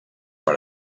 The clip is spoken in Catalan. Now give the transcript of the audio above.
per